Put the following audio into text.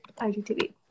IGTV